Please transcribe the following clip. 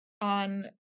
on